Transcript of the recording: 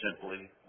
simply